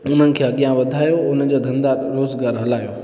उन्हनि खे अॻियां वधायो हुनजा धंधा रोज़गार हलायो